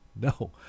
No